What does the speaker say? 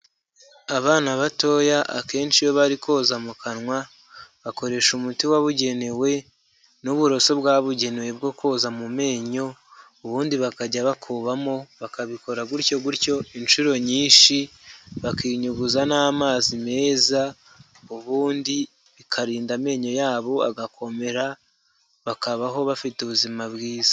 Abana batoya akenshi iyo bari koza mu kanwa bakoresha umuti wabugenewe n'uburoso bwabugenewe bwo koza mu menyo, ubundi bakajya bakubamo bakabikora gutyo gutyo inshuro nyinshi bakiyunyuguza n'amazi meza, ubundi bikarinda amenyo yabo agakomera bakabaho bafite ubuzima bwiza.